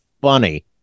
funny